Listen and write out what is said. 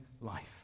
life